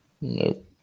Nope